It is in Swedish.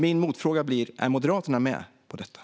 Min motfråga blir: Är Moderaterna med på detta?